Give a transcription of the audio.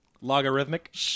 Logarithmic